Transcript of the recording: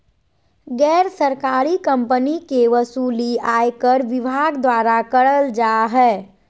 गैर सरकारी कम्पनी के वसूली आयकर विभाग द्वारा करल जा हय